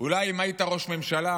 אולי אם היית ראש ממשלה